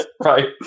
right